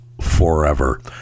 forever